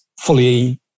fully